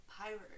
Pirate